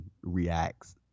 reacts